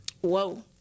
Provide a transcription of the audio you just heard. Whoa